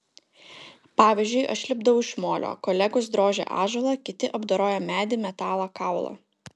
pavyzdžiui aš lipdau iš molio kolegos drožia ąžuolą kiti apdoroja medį metalą kaulą